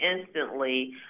instantly